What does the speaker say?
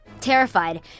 Terrified